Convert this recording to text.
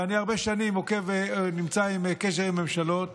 ואני הרבה שנים עוקב ונמצא בקשר עם ממשלות,